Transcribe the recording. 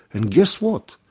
and guess what?